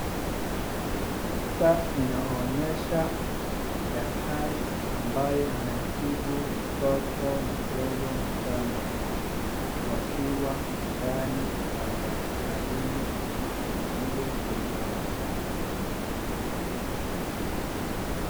Picha inaonyesha daktari ambaye anatibu mtoto mdogo mchanga ,wakiwa ndani ya hospitalini vile kuna....